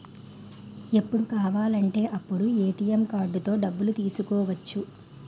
ఎప్పుడు కావాలంటే అప్పుడు ఏ.టి.ఎం కార్డుతో డబ్బులు తీసుకోవచ్చు